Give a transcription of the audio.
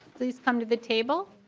these come to the table.